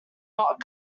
not